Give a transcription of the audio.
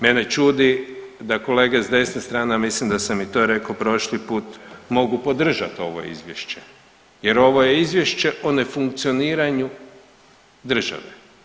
Mene čudi da kolege s desne strane, a mislim da sam i to rekao prošli put mogu podržat ovo izvješće jer ovo je izvješće o nefunkcioniranju države.